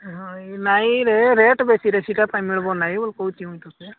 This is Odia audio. ନାହିଁରେ ରେଟ୍ ବେଶୀରେ ଏଠି କହୁଛି ମୁଁ ତୋତେ